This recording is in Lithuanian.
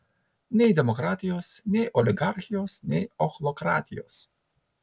nei demokratijos nei oligarchijos nei ochlokratijos